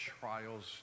trials